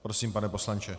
Prosím, pane poslanče.